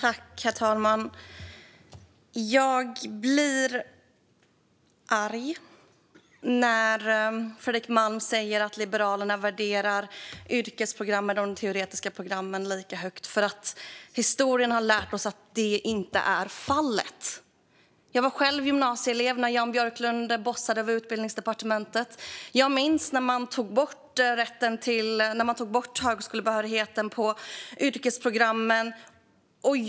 Herr talman! Jag blir arg när Fredrik Malm säger att Liberalerna värderar yrkesprogrammen och de teoretiska programmen lika högt, för historien har lärt oss att det inte är fallet. Jag var själv gymnasieelev när Jan Björklund bossade över Utbildningsdepartementet. Jag minns när man tog bort högskolebehörigheten på yrkesprogrammen.